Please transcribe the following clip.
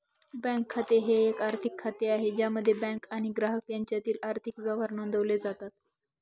bank खाते हे एक आर्थिक खाते आहे ज्यामध्ये बँक आणि ग्राहक यांच्यातील आर्थिक व्यवहार नोंदवले जातात